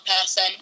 person